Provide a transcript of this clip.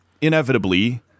inevitably